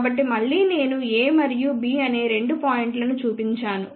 కాబట్టి మళ్ళీ నేను A మరియు B అనే రెండు పాయింట్లను చూపించాను